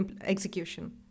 execution